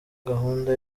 gahunda